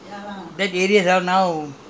how many years ago sixty over years ago